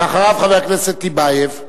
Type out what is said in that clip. ואחריו, חבר הכנסת טיבייב.